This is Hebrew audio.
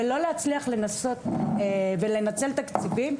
ולא להצליח לנסות ולנצל תקציבים,